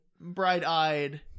bright-eyed